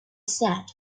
sat